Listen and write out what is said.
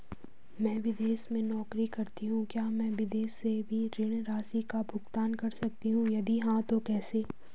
मैं विदेश में नौकरी करतीं हूँ क्या मैं विदेश से भी ऋण राशि का भुगतान कर सकती हूँ यदि हाँ तो कैसे?